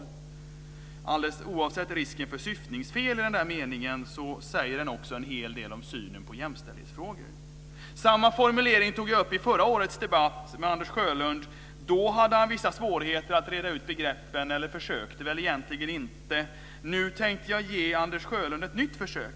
Alldeles oavsett risken för syftningsfel i den meningen säger den också en hel del om synen på jämställdhetsfrågor. Jag tog upp samma formulering i förra årets debatt med Anders Sjölund. Då hade han vissa svårigheter att reda ut begreppen, eller han försökte väl egentligen inte. Nu tänkte jag göra ett nytt försök med Anders Sjölund.